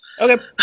Okay